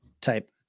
type